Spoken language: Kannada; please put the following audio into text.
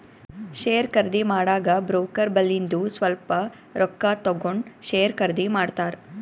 ಶೇರ್ ಖರ್ದಿ ಮಾಡಾಗ ಬ್ರೋಕರ್ ಬಲ್ಲಿಂದು ಸ್ವಲ್ಪ ರೊಕ್ಕಾ ತಗೊಂಡ್ ಶೇರ್ ಖರ್ದಿ ಮಾಡ್ತಾರ್